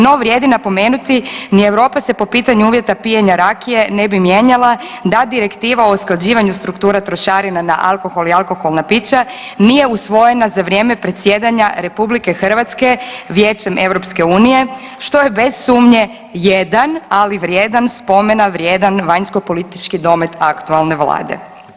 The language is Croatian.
No vrijedi napomenuti ni Europa se po pitanju uvjeta pijenja rakije ne bi mijenjala, da Direktiva o usklađivanju struktura trošarina na alkohol i alkoholna pića nije usvojena za vrijeme predsjedanja Republike Hrvatske Vijećem Europske unije što je bez sumnje jedan, ali vrijedan spomena vrijedan vanjsko-politički domet aktualne Vlade.